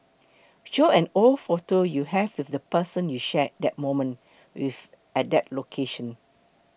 show an old photo you have with the person you shared that moment with at that location